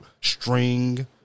String